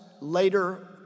later